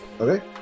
Okay